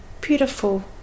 beautiful